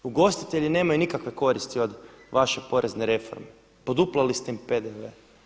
Ugostitelji nemaju nikakve koristi od vaše porezne reforme, poduplali ste im PDV.